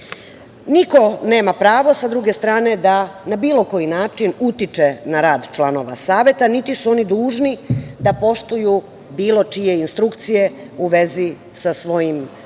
nema pravo sa druge strane da na bilo koji način utiče na rad članova Saveta niti su oni dužni da poštuju bilo čije instrukcije u vezi sa svojim radom